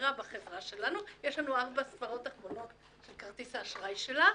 כחברה בחברה שלהם ויש להם את ארבע הספרות האחרונות של כרטיס האשראי שלי,